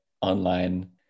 online